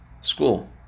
school